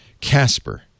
Casper